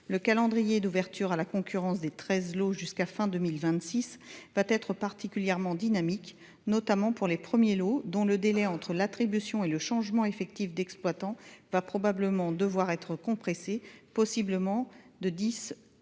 Le calendrier d’ouverture à la concurrence des treize lots jusqu’à la fin de 2026 sera particulièrement dynamique, notamment pour les premiers lots, dont le délai entre l’attribution et le changement effectif d’exploitant devra probablement être compressé, possiblement à dix